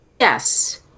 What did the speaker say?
Yes